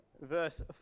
verse